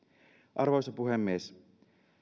arvoisa puhemies